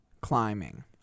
Climbing